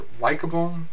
likable